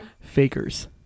fakers